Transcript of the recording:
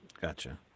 gotcha